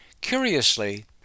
Curiously